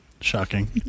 Shocking